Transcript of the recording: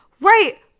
right